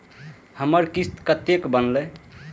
हमर किस्त कतैक बनले?